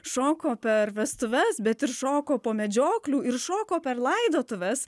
šoko per vestuves bet ir šoko po medžioklių ir šoko per laidotuves